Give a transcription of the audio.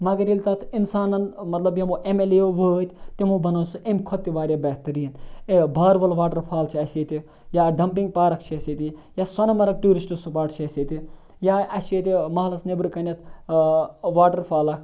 مگر ییٚلہِ تَتھ اِنسانَن مطلب یِمو اٮ۪م اٮ۪ل اے یو وٲتۍ تِمو بَنٲو سۄ ایٚمہِ کھۄتہٕ تہِ واریاہ بہتریٖن یا باروَل واٹَر فال چھِ اَسہِ ییٚتہِ یا ڈَمپِنٛگ پارک چھِ اَسہِ ییٚتہِ یا سۄنہٕ مرٕگ ٹیوٗرِسٹ سٕپاٹ چھِ اَسہِ ییٚتہِ یا اَسہِ چھِ ییٚتہِ محلَس نیٚبرٕکَنٮ۪تھ واٹَر فال اَکھ